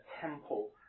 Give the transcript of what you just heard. temple